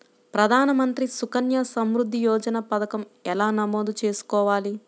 ప్రధాన మంత్రి సుకన్య సంవృద్ధి యోజన పథకం ఎలా నమోదు చేసుకోవాలీ?